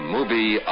Movie